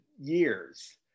years